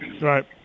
Right